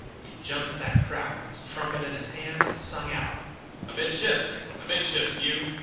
he jumped at that crowd, with his trumpet in his hand, and sung out amidships! amidships, you!